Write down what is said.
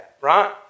right